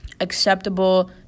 acceptable